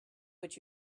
what